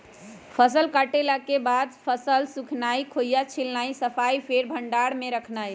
फसल कटला के बाद फसल सुखेनाई, खोइया छिलनाइ, सफाइ, फेर भण्डार में रखनाइ